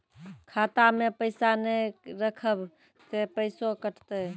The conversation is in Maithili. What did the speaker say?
खाता मे पैसा ने रखब ते पैसों कटते?